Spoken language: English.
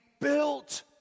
built